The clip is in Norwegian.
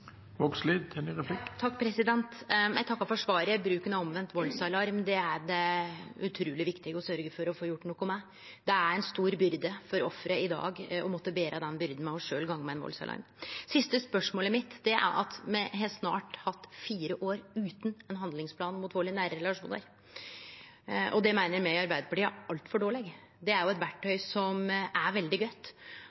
Eg takkar for svaret. Bruk av omvend valdsalarm er utruleg viktig å syrgje for å få gjort noko med. Det er i dag ei stor byrde for offeret sjølv å måtte gå med ein valdsalarm. Det siste spørsmålet mitt er: Me har snart hatt fire år utan ein handlingsplan mot vald i nære relasjonar. Det meiner me i Arbeidarpartiet er altfor dårleg. Det er jo eit